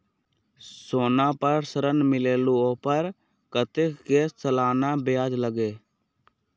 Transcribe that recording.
सोना पर ऋण मिलेलु ओपर कतेक के सालाना ब्याज लगे?